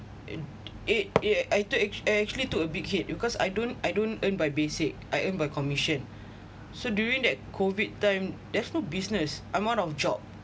it it I took ac~ actually I took a big hit because I don't I don't earn by basic I earn by commission so during that COVID time there's no business I'm out of job